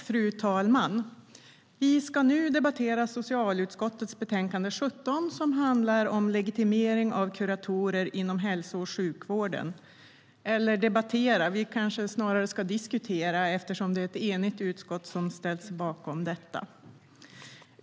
Fru talman! Vi ska nu debattera socialutskottets betänkande 17, som handlar om legitimering av kuratorer inom hälso och sjukvården - eller kanske diskutera snarare än debattera, eftersom det är ett enigt utskott som ställt sig bakom detta.